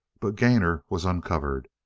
but gainor was uncovered,